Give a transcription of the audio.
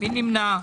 מי נמנע?